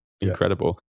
incredible